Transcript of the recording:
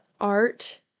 art